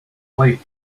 wait